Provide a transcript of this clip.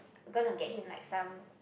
I'm gonna get him like some